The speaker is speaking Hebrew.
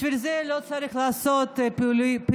בשביל זה לא צריך לעשות פעילויות